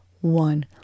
one